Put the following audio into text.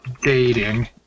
Dating